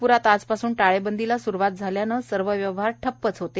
नागप्रात आजपासून टाळेबंदीला सुरुवात झाल्याने सर्व व्यवहार ठप्प होते